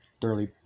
thoroughly